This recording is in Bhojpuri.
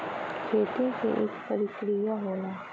खेती के इक परिकिरिया होला